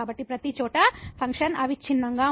కాబట్టి ప్రతిచోటా ఫంక్షన్ అవిచ్ఛిన్నంగా ఉంటుంది